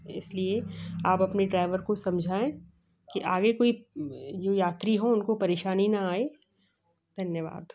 इस लिए आप अपने ड्राइवर को समझाएं कि आगे कोई जो यात्री हो उनको परेशानी ना आए धन्यवाद